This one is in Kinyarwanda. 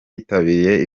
yitabiriye